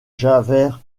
javert